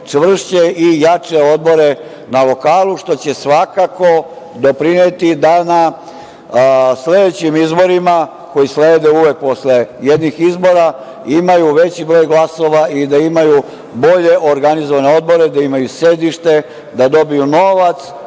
čvršće i jače odbore na lokalu, što će svakako doprineti da na sledećim izborima, koji slede uvek posle jednih izbora, imaju veći broj glasova i da imaju bolje organizovane odbore, da imaju sedište, da dobiju novac